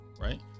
right